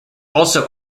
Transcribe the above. also